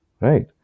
right